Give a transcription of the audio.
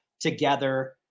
together